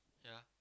yeah